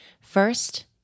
First